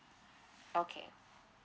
okay